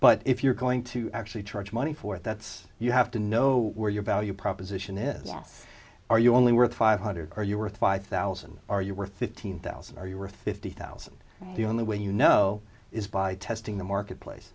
but if you're going to actually charge money for it that's you have to know where your value proposition is yes are you only worth five hundred are you worth five thousand are you worth fifteen thousand are you worth fifty thousand the only way you know is by testing the marketplace